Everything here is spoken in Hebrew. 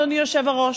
אדוני היושב-ראש,